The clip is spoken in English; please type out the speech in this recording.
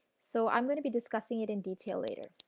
so i am going to be discussing it in detail later.